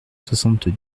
soixante